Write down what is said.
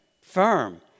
firm